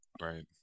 right